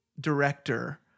director